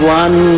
one